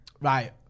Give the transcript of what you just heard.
right